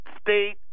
State